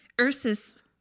Ursus